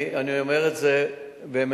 אני אומר את זה באמת,